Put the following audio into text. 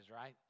right